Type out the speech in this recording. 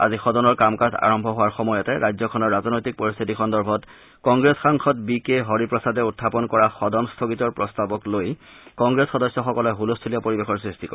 আজি সদনৰ কাম কাজ আৰম্ভ হোৱাৰ সময়তে ৰাজ্যখনৰ ৰাজনৈতিক পৰিস্থিতি সন্দৰ্ভত কংগ্ৰেছ সাংসদ বি কে হৰিপ্ৰসাদে উত্থাপন কৰা সদন স্থগিতৰ প্ৰস্তাৱক লৈ কংগ্ৰেছ সদস্যসকলে হুলস্থূলীয়া পৰিৱেশৰ সৃষ্টি কৰে